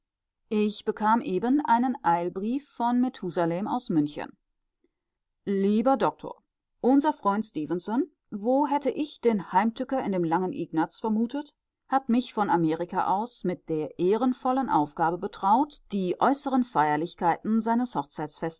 ich bekam eben einen eilbrief von methusalem aus münchen lieber doktor unser freund stefenson wo hätte ich den heimtücker in dem langen ignaz vermutet hat mich von amerika aus mit der ehrenvollen aufgabe betraut die äußeren feierlichkeiten seines